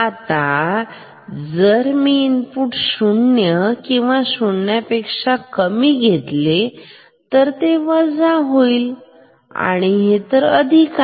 आता जर मी इनपुट हे शून्य इतके किंवा शून्यापेक्ष्या कमी घेतले तर हे वजा होईल आणि हे अधिक आहे